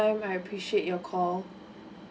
I appreciate your call